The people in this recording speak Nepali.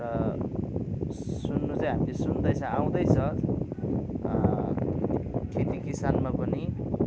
र सुन्न चाहिँ हामीले सुन्दैछ आउँदैछ खेती किसानमा पनि